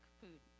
food